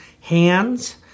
hands